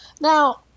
Now